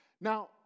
Now